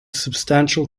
substantial